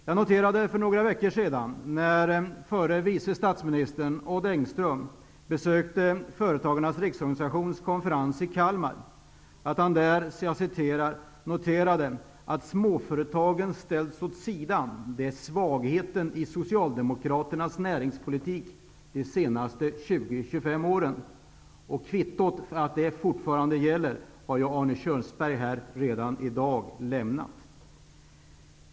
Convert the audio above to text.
Jag uppmärksammade för några veckor sedan att den förre vice statsministern Odd Engström, när han besökte Företagarnas riksorganisations konferens i Kalmar, noterade att småföretagen ställts åt sidan. Det är svagheten i Socialdemokraternas näringspolitik de senaste 20--25 åren. Kvittot för att det fortfarande gäller har Arne Kjörnsberg lämnat här i dag.